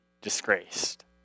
disgraced